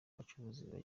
bacuruzi